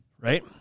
Right